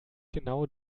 genau